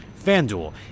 FanDuel